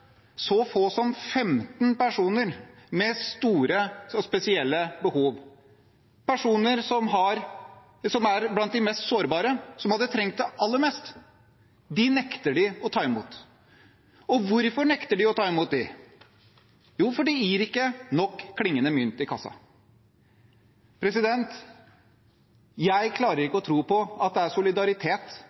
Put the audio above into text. så få som 15 personer med store og spesielle behov. Personer som er blant de mest sårbare, og som hadde trengt det aller mest, nekter de å ta imot. Hvorfor nekter de å ta dem imot? Jo, fordi de gir ikke nok klingende mynt i kassa. Jeg klarer ikke å tro på at det er solidaritet